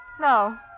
No